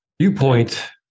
viewpoint